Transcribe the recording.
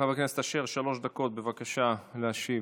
חבר הכנסת אשר, שלוש דקות, בבקשה, להשיב